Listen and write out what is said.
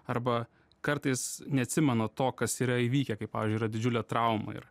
arba kartais neatsimena to kas yra įvykę kaip pavyzdžiui didžiulė trauma yra